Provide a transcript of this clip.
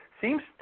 seems